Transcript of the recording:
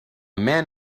man